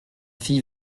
fille